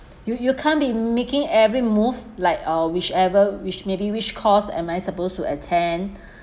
you you can't be making every move like or whichever which maybe which course am I supposed to attend